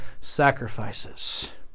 sacrifices